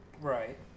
Right